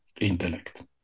intellect